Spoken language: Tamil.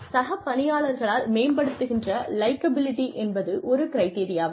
சக பணியாளர்களால் மேம்படுத்தப்படுகின்ற லைக்கபிலிட்டி என்பது ஒரு கிரிட்டெரியாவா